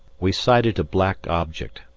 we sighted a black object,